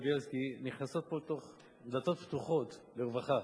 בילסקי נכנסות פה לתוך דלתות פתוחות לרווחה.